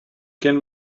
can